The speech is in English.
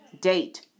Date